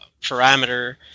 parameter